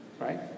Right